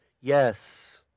yes